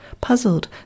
puzzled